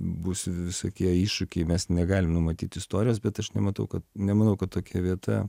bus visokie iššūkiai mes negalim numatyt istorijos bet aš nematau kad nemanau kad tokia vieta